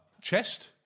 chest